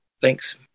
Thanks